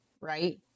right